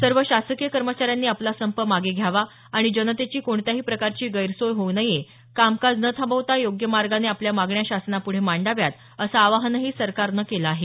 सर्व शासकीय कर्मचाऱ्यांनी आपला संप मागे घ्यावा आणि जनतेची कोणत्याही प्रकारची गैरसोय होऊ नये कामकाज न थांबवता योग्य मार्गाने आपल्या मागण्या शासनापुढे मांडाव्यात असं आवाहनही सरकारनं केलं आहे